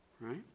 Right